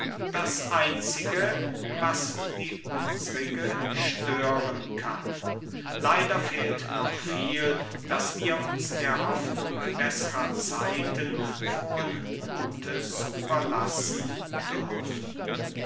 das einzige was die unsrige stören kann leider fehlt noch viel daß wir uns der hoffnung beßrer zeiten frohen muthes überlassen dürften